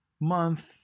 month